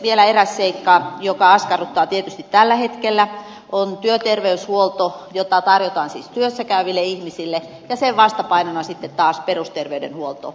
vielä eräs seikka joka askarruttaa tietysti tällä hetkellä on työterveyshuolto jota tarjotaan siis työssä käyville ihmisille ja sen vastapainona sitten taas perusterveydenhuolto